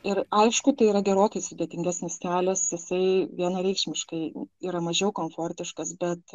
ir aišku tai yra gerokai sudėtingesnis kelias jisai vienareikšmiškai yra mažiau komfortiškas bet